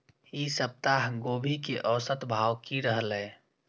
ई सप्ताह गोभी के औसत भाव की रहले?